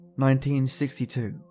1962